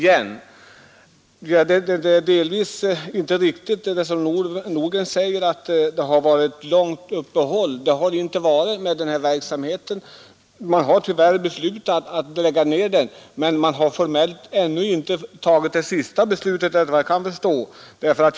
Det är inte helt riktigt, som herr Nordgren säger, att det varit ett långt uppehåll i verksamheten. Man har tyvärr beslutat att lägga ned den. Men man har, efter vad jag kan förstå, ännu inte formellt tagit ett sista beslut i frågan.